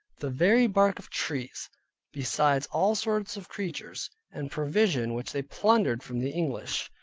the very bark of trees besides all sorts of creatures, and provision which they plundered from the english.